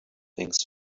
things